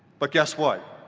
but guess what?